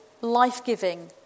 life-giving